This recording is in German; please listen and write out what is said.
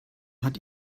hat